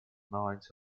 minds